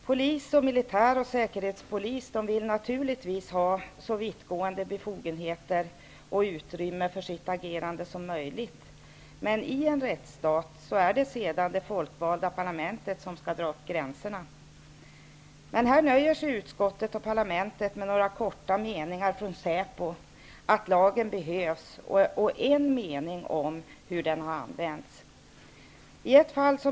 Polis, militär och säkerhetspolis vill naturligtvis ha så vittgående befogenheter och utrymme för sitt agerande som möjligt. Men i en rättstat är det sedan det folkvalda parlamentet som skall dra gränserna. Här nöjer sig utskottet och parlamentet med några korta meningar från säpo om att lagen behövs och en mening om hur den har använts.